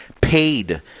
paid